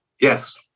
Yes